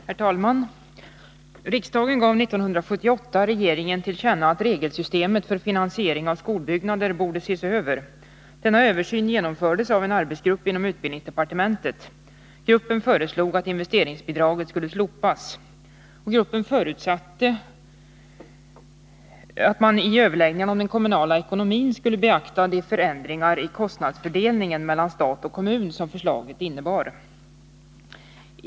Herr talman! Riksdagen gav 1978 regeringen till känna att regelsystemet för finansiering av skolbyggnader borde ses över. Denna översyn genomfördes av en arbetsgrupp inom utbildningsdepartementet. Gruppen föreslog att investeringsbidraget skulle slopas. Gruppen förutsatte att man i överläggningarna om den kommunala ekonomin skulle beakta de förändringar i kostnadsfördelningen mellan stat och kommun som förslaget innebar.